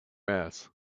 grass